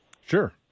Sure